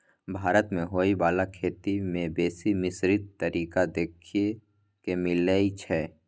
भारत मे होइ बाला खेती में बेसी मिश्रित तरीका देखे के मिलइ छै